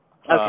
Okay